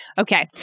Okay